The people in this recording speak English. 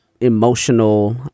emotional